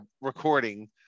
recording